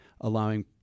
allowing